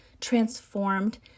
transformed